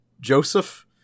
Joseph